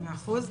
מאה אחוז.